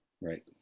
right